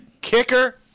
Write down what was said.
Kicker